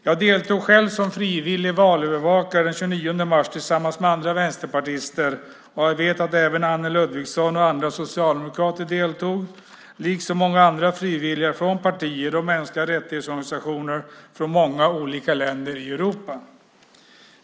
Jag deltog som frivillig valövervakare den 29 mars tillsammans med andra vänsterpartister, och jag vet att även Anne Ludvigsson och andra socialdemokrater deltog liksom många andra frivilliga från partier och organisationer för mänskliga rättigheter från många olika länder i Europa.